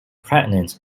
pregnant